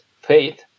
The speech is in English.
faith